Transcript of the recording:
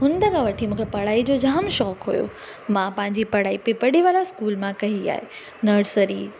मुंड खां वठी मूंखे पढ़ाई जो जामु शौंक़ु हुयो मां पंहिंजी पढ़ाई पढ़ी वाला स्कूल मां कई आहे नर्सरी